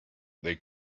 they